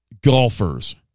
golfers